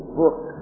book